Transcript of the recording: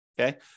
Okay